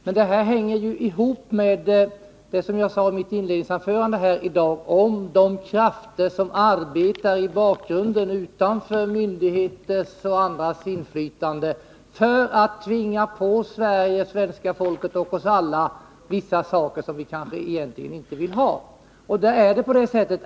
Men detta hänger ihop med det som jag sade i mitt inledningsanförande i dag, att det finns krafter som arbetar i bakgrunden, utanför myndigheters och andras inflytande, för att tvinga på Sverige, svenska folket och oss alla, vissa saker som vi kanske egentligen inte vill ha.